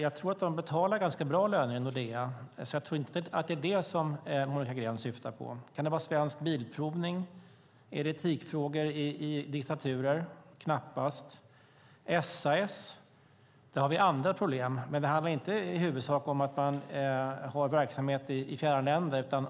Jag tror att de betalar ganska bra löner i Nordea, så jag tror inte att det är det Monica Green syftar på. Kan det vara Svensk Bilprovning? Är det etikfrågor i diktaturer? Knappast. Är det SAS? Där har vi andra problem, men det handlar inte i huvudsak om att man har verksamhet i fjärran länder.